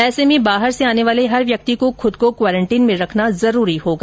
ऐसे में बाहर से आने वाले हर व्यक्ति को खुद को क्वारेंन्टीन में रखना जरूरी होगा